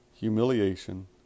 Humiliation